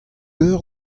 eur